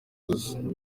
gusa